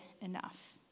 enough